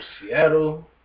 Seattle